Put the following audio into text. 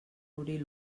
obrir